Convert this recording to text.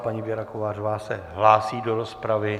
Paní Věra Kovářová se hlásí do rozpravy.